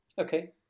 okay